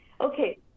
Okay